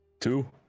Two